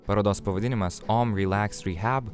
parodos pavadinimas omrelaxrehab